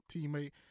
teammate